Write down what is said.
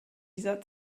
dieser